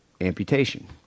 amputation